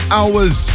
hours